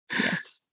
Yes